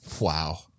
Wow